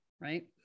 right